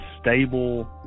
stable